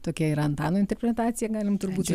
tokia yra antano interpretacija galim turbūt